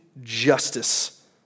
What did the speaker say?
justice